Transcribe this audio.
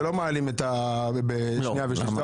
שלא מעלים בשנייה ובשלישית.